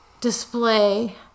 display